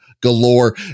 galore